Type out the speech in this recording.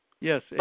Yes